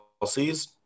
policies